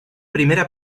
primera